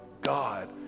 God